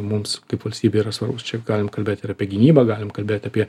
mums kaip valstybei yra svarbūs čia galim kalbėt ir apie gynybą galim kalbėt apie